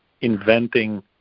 inventing